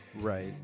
Right